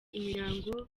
imiryango